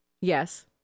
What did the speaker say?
Yes